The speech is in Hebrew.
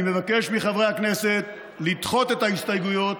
אני מבקש מחברי הכנסת לדחות את ההסתייגויות